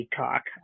talk